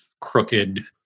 crooked